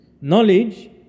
Knowledge